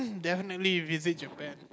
definitely you visit your friend